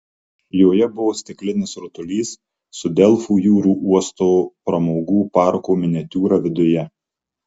joje buvo stiklinis rutulys su delfų jūrų uosto pramogų parko miniatiūra viduje